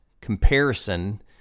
comparison